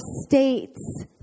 states